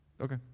Okay